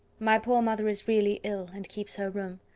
my poor mother is really ill, and keeps her room.